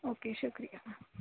okay شُکریہ